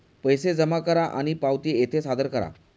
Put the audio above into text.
पैसे जमा करा आणि पावती येथे सादर करा